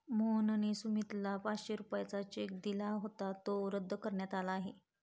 मोहनने सुमितला पाचशेचा चेक दिला होता जो रद्द करण्यात आला आहे